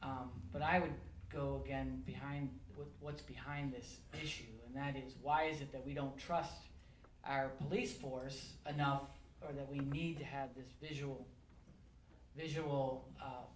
d but i would go again behind what's behind this issue and that is why is it that we don't trust our police force enough and that we need to have this visual visual